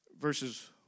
verses